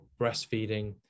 breastfeeding